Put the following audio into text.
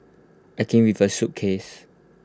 I came with A suitcase